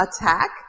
attack